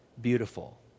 beautiful